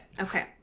okay